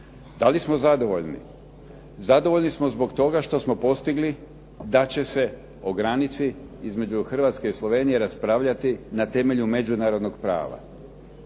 Dali smo zadovoljni? Zadovoljni smo zbog toga što smo postigli da će se o granici između Hrvatske i Slovenije raspravljati na temelju međunarodnog prava.